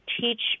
teach